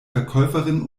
verkäuferin